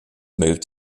moved